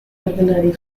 ordenari